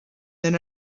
than